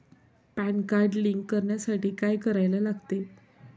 Pan card link करण्यासाठी काय करायला लागते?